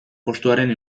postuaren